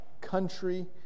country